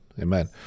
Amen